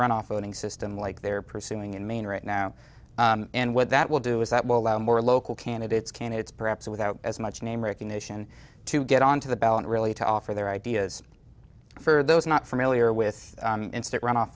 runoff voting system like they're pursuing in maine right now and what that will do is that will allow more local candidates candidates perhaps without as much name recognition to get onto the ballot really to offer their ideas for those not familiar with instant runoff